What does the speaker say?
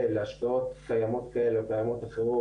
להשקעות קיימות כאלה או קיימות אחרות,